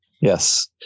yes